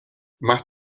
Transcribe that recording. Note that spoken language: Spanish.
más